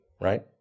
right